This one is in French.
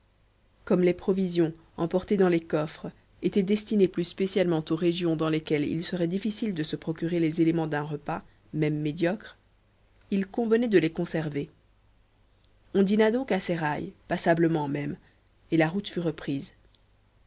comme les provisions emportées dans les coffres étaient destinées plus spécialement aux régions dans lesquelles il serait difficile de se procurer les éléments d'un repas même médiocre il convenait de les réserver on dîna donc à seraï passablement même et la route fut reprise